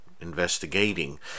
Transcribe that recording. investigating